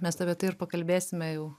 mes apie tai ir pakalbėsime jau